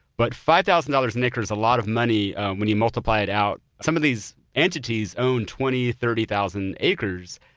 but five thousand dollars an acre is a lot of money when you multiply it out. some of these entities own twenty thirty thousand acres.